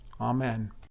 Amen